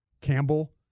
Campbell